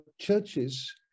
churches